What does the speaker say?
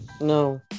no